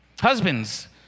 Husbands